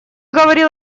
говорил